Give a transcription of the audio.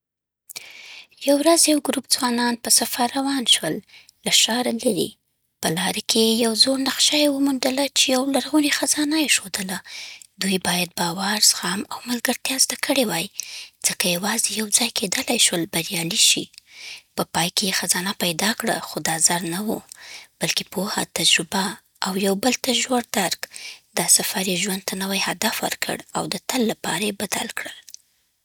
یو ورځ یو ګروپ ځوانان په سفر روان شول، له ښاره لرې، په لاره کې یې یو زوړ نقشه‌یې وموندله چې یو لرغونی خزانه ښودله. دوی باید باور، زغم او ملګرتیا زده کړي وای، ځکه یوازې یو ځای کېدلی شول بریالي شي. په پای کې‌یې خزانه پیدا کړه؛ خو دا زر نه وو، بلکې پوهه، تجربه، او یو بل ته ژور درک. دا سفر‌یې ژوند ته نوی هدف ورکړ، او د تل لپاره‌یې بدل کړل.